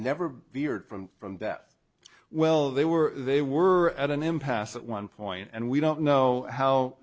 never feared from from that well they were they were at an impasse at one point and we don't know how